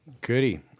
Goody